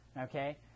Okay